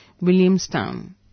Williamstown